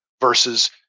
versus